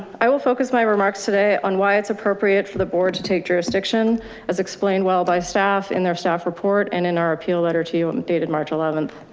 i will focus my remarks today on why it's appropriate for the board to take jurisdiction as explained well by staff in their staff report. and in our appeal letter to you dated march eleventh.